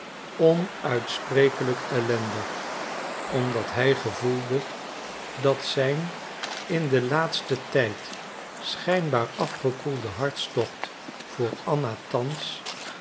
onuitsprekelijk ellendig omdat hij gevoelde dat zijn in den laatsten tijd schijnbaar afgekoelde hartstocht voor anna thans